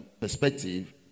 perspective